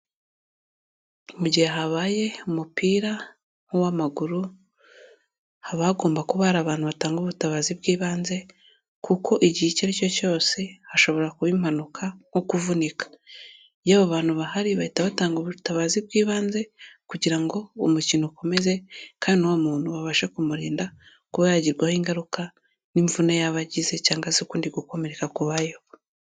Mu gihe habaye umupira w'amaguru, haba hagomba kuba hari abantu batanga ubutabazi bw'ibanze kuko igihe icyo ari cyo cyose hashobora kuba impanuka nko kuvunika, yewe bantu bahari bahita batanga ubutabazi bw'ibanze kugira ngo umukino ukomeze kandi n'uwo muntu babashe kumurinda, kuba yagirwaho ingaruka n'imvune yaba agize cyangwa se ukundi gukomereka kubaye ho.